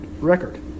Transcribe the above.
record